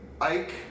Ike